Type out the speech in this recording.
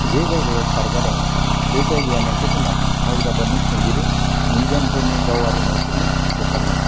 जे जायगायाव पार्कआ दङ बे जायगाया मोनसे समाव हाइदराबादनि खुंगिरि निजामफोरनि गावारि मैहुरनि फोथारमोन